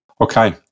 Okay